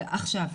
זה עכשיו.